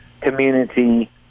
community